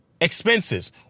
expenses